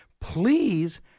please